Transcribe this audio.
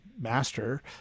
master